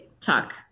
talk